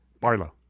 Barlow